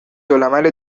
العمل